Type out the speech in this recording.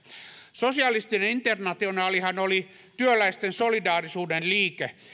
sosialistinen internationaalihan oli työläisten solidaarisuuden liike